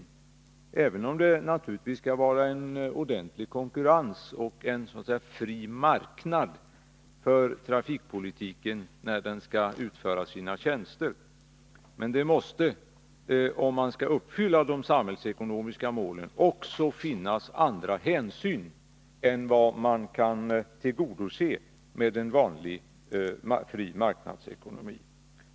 Visserligen skall vi naturligtvis ha en ordentlig konkurrens och en så att säga fri marknad för trafikverksamheten när den skall utföra sina tjänster, men om vi skall uppfylla de samhällsekonomiska målen måste det finnas andra hänsyn än dem som vi kan tillgodose med en vanlig, fri marknadsekonomi.